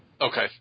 Okay